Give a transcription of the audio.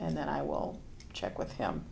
and then i will check with him